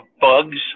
bugs